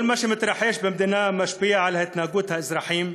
כל מה שמתרחש במדינה משפיע על התנהגות האזרחים,